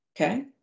Okay